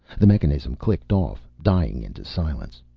the mechanism clicked off, dying into silence.